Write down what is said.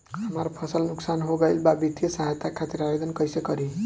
हमार फसल नुकसान हो गईल बा वित्तिय सहायता खातिर आवेदन कइसे करी?